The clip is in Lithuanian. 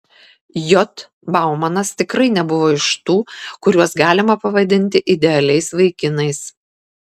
j baumanas tikrai nebuvo iš tų kuriuos galima pavadinti idealiais vaikinais